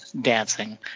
dancing